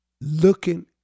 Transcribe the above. looking